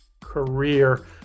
career